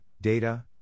data